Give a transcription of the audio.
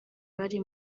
bari